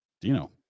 Dino